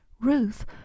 Ruth